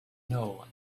know